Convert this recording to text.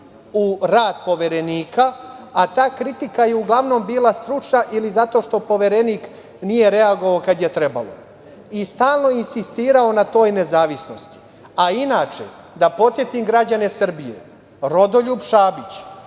u rad poverenika, a ta kritika je uglavnom bila stručna ili zato što poverenik nije reagovao kada je trebao i stalno je insistirao na toj nezavisnosti. Inače, da podsetim građane Srbije, Rodoljub Šabić